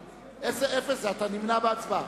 שאתה נמנע מהצבעה.